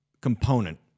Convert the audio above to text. component